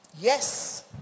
Yes